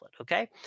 Okay